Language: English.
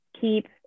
keep